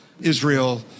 Israel